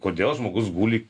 kodėl žmogus guli